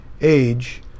Age